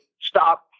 Stop